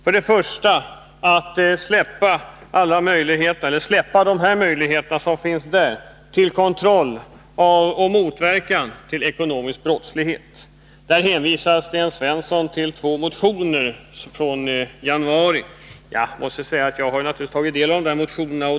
För det första vill man avstå från de möjligheter som finns när det gäller att kontrollera och motverka ekonomisk brottslighet. Sten Svensson hänvisar till två motioner från januari. Jag har naturligtvis tagit del av dessa motioner.